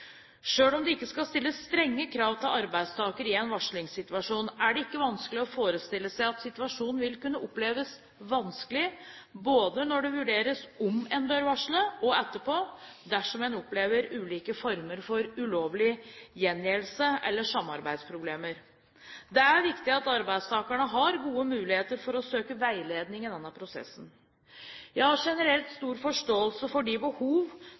om det ikke skal stilles strenge krav til arbeidstaker i en varslingssituasjon, er det ikke vanskelig å forestille seg at situasjonen vil kunne oppleves vanskelig, både når det vurderes om en bør varsle, og etterpå, dersom en opplever ulike former for ulovlige gjengjeldelser eller samarbeidsproblemer. Det er viktig at arbeidstakerne har gode muligheter for å søke veiledning i denne prosessen. Jeg har generelt stor forståelse for de behov